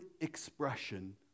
expression